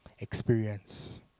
experience